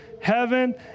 heaven